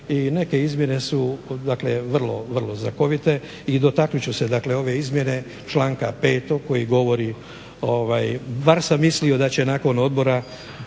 i neke izmjene su, dakle vrlo, vrlo znakovite i dotaknut ću se dakle ove izmjene članka petog koji govori. Bar sam mislio da će nakon odbora